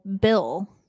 bill